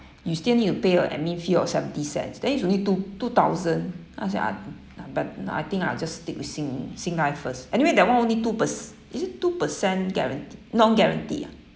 you still need to pay your admin fee of seventy cents then it's only two two thousand then I say a~ but I think I'll just stick sing~ Singlife first anyway that one only two perce~ is it two percent guarante~ non-guaranteed ah